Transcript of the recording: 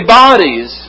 bodies